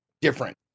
different